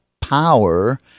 power